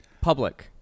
Public